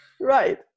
Right